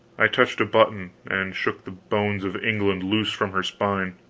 i touched a button, and shook the bones of england loose from her spine!